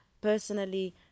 personally